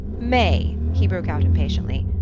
may, he broke out impatiently,